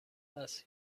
است